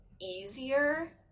easier